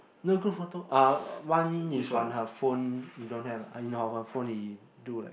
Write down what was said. no group photo uh one is on her phone don't have in or her phone he do like